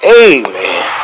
amen